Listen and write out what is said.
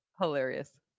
Hilarious